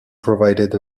provided